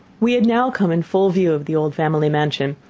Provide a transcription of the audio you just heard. we had now come in full view of the old family mansion,